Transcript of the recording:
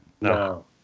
No